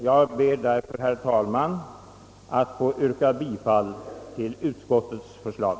Jag ber därför, herr talman, att få yrka bifall till utskottets hemställan.